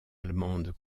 allemandes